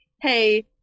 Hey